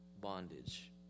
bondage